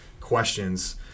questions